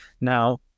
Now